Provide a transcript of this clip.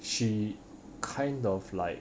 she kind of like